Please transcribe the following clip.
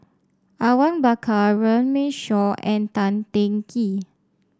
Awang Bakar Runme Shaw and Tan Teng Kee